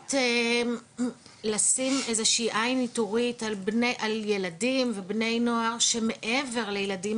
להעלות לשים איזושהי עין איתורית על ילדים ובני נוער שמעבר לילדים